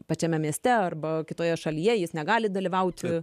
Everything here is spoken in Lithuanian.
pačiame mieste arba kitoje šalyje jis negali dalyvauti